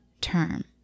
term